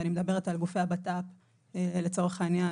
ואני מדברת על גופי הבט"פ לצורך העניין,